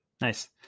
Nice